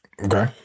Okay